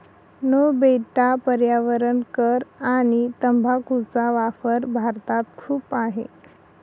no बेटा पर्यावरण कर आणि तंबाखूचा वापर भारतात खूप आहे